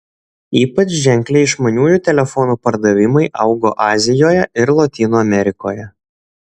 ypač ženkliai išmaniųjų telefonų pardavimai augo azijoje ir lotynų amerikoje